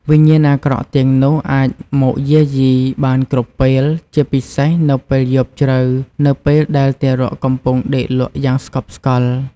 វិញ្ញាណអាក្រក់ទាំងនោះអាចមកយាយីបានគ្រប់ពេល ជាពិសេសនៅពេលយប់ជ្រៅនៅពេលដែលទារកកំពុងដេកលក់យ៉ាងស្កប់ស្កល់។